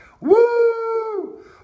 Woo